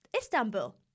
Istanbul